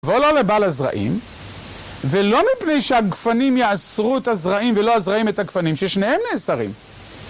בוא לא לבעל הזרעים. ולא מפני שהגפנים יאסרו את הזרעים ולא הזרעים את הגפנים, ששניהם נאסרים